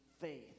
faith